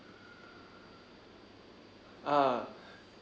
ah